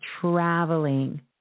traveling